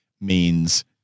means-